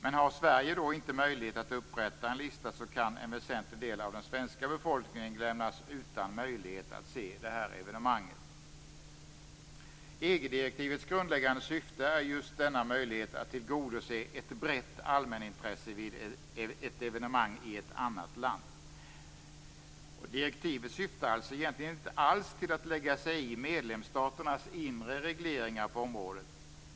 Men om Sverige inte har möjlighet till att upprätta en lista kan en väsentlig del av den svenska befolkningen lämnas utan möjlighet att se evenemanget. EG-direktivets grundläggande syfte är just denna möjlighet att tillgodose ett brett allmänintresse vid ett evenemang i ett annat land. Direktivet syftar alltså egentligen inte alls till att lägga sig i medlemsstaternas inre regleringar på området.